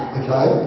okay